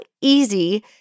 easy